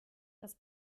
das